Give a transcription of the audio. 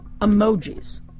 emojis